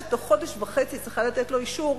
שתוך חודש וחצי צריכה לתת לו אישור,